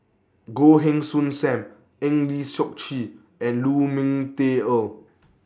Goh Heng Soon SAM Eng Lee Seok Chee and Lu Ming Teh Earl